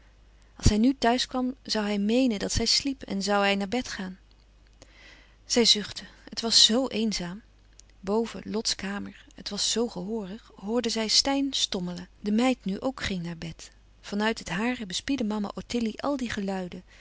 als hij nu thuiskwam zoû hij meenen dat zij sliep en zoû hij naar bed gaan zij zuchtte het was zoo eenzaam boven lots kamer het was zoo gehoorig hoorde zij steyn stommelen de meid nu ook ging naar bed van uit het hare bespiedde mama ottilie al die geluiden